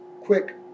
quick